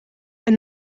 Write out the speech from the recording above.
een